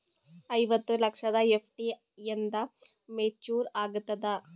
ಐವತ್ತು ಲಕ್ಷದ ಎಫ್.ಡಿ ಎಂದ ಮೇಚುರ್ ಆಗತದ?